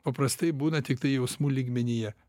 paprastai būna tiktai jausmų lygmenyje